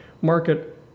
market